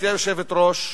גברתי היושבת-ראש,